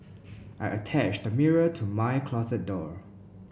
I attached a mirror to my closet door